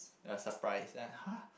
uh surprise like !huh!